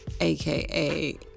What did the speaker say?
AKA